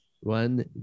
one